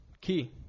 key